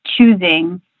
choosing